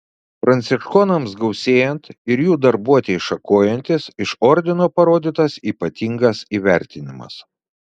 pranciškonams gausėjant ir jų darbuotei šakojantis iš ordino parodytas ypatingas įvertinimas